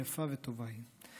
יפה וטובה היא.